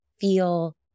feel